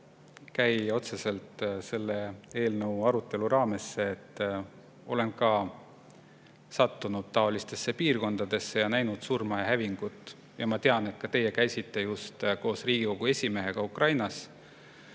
lähe otseselt selle eelnõu arutelu raamesse, et olen ka sattunud taolistesse piirkondadesse ning näinud surma ja hävingut. Ma tean, et ka teie käisite just koos Riigikogu esimehega Ukrainas.